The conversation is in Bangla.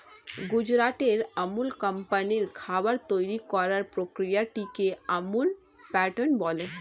গুজরাটের আমুল কোম্পানির খাবার তৈরি করার প্রক্রিয়াটিকে আমুল প্যাটার্ন বলে